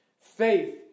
Faith